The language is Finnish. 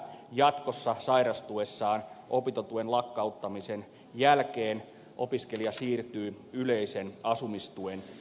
jatkossa sairastuessaan ja opintotuen lakkauttamisen jälkeen opiskelija siirtyy yleisen asumistuen piiriin